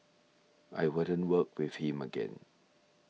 I wouldn't work with him again